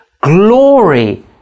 glory